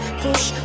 push